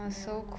ya